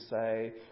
say